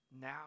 now